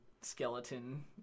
skeleton